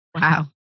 Wow